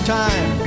time